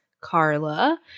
carla